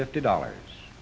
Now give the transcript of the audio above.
fifty dollars